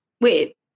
Wait